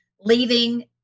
leaving